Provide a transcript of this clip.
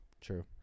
True